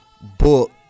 Book